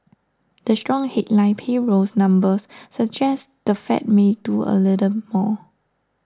the strong headline payrolls numbers suggest the Fed may do a little more